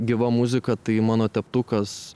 gyva muzika tai mano teptukas